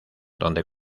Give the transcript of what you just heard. donde